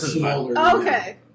Okay